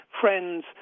friends